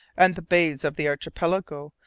and the bays of the archipelago,